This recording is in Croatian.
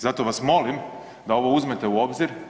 Zato vas molim da ovo uzmete u obzir.